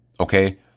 Okay